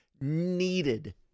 needed